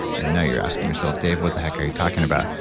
and now you're asking yourself, dave, what the heck are you talking about?